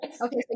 okay